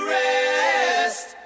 rest